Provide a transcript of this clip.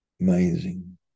Amazing